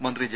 മന്ത്രി ജെ